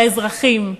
לאזרחים,